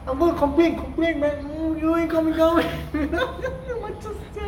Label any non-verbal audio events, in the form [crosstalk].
I'm going to complain complain man mm you ain't coming down [laughs] macam [sial]